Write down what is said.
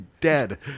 dead